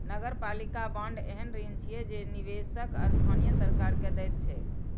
नगरपालिका बांड एहन ऋण छियै जे निवेशक स्थानीय सरकार कें दैत छैक